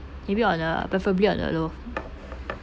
maybe on the preferably on the low